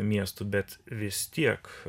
miestų bet vis tiek